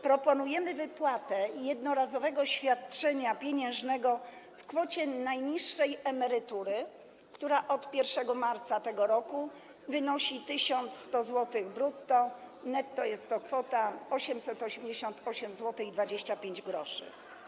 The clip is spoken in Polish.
Proponujemy wypłatę jednorazowego świadczenia pieniężnego w kwocie najniższej emerytury, która od 1 marca tego roku wynosi 1100 zł brutto, netto jest to kwota 888,25 zł.